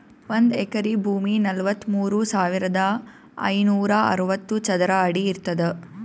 ಒಂದ್ ಎಕರಿ ಭೂಮಿ ನಲವತ್ಮೂರು ಸಾವಿರದ ಐನೂರ ಅರವತ್ತು ಚದರ ಅಡಿ ಇರ್ತದ